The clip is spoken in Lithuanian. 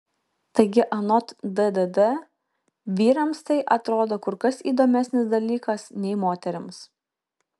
taigi anot ddd vyrams tai atrodo kur kas įdomesnis dalykas nei moterims